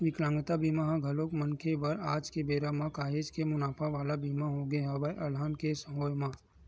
बिकलांगता बीमा ह घलोक मनखे बर आज के बेरा म काहेच के मुनाफा वाला बीमा होगे हवय अलहन के होय म